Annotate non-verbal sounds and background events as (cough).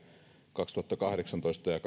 kaksituhattakahdeksantoista ja (unintelligible)